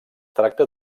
tracta